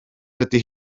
dydy